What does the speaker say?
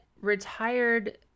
retired